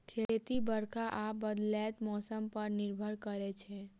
खेती बरखा आ बदलैत मौसम पर निर्भर करै छै